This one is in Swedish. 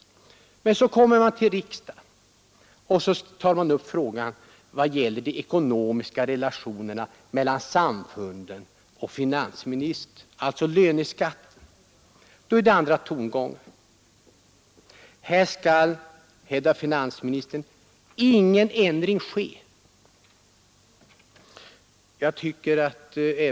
När statsråden säger dessa saker, får man också tro att de menar det. Men när man i riksdagen tar upp frågan om de ekonomiska relationerna mellan samfunden och staten, i detta fall löneskatten, är det andra tongångar. Enligt finansministern skall ingen ändring ske.